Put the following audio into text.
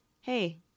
hey